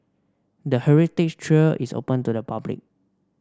the heritage trail is open to the public